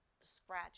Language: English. scratch